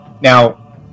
Now